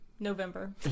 November